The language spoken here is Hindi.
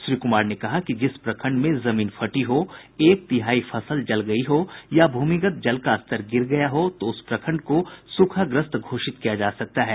श्री कुमार ने कहा कि जिस प्रखंड में जमीन फटी हो एक तिहाई फसल जल गयी हो या भूमिगत जल का स्तर गिर गया हो तो उस प्रखंड को सूखाग्रस्त घोषित किया जा सकता है